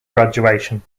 graduation